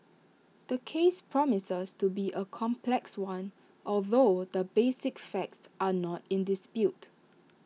the case promises to be A complex one although the basic facts are not in dispute